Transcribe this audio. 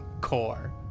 core